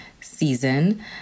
season